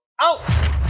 Out